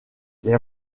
les